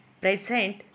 present